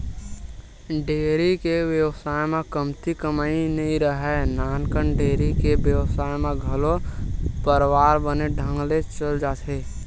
dairy के बेवसाय म कमती कमई नइ राहय, नानकन डेयरी के बेवसाय म घलो परवार बने ढंग ले चल जाथे